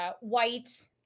white